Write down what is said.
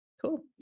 Cool